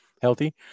Healthy